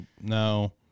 no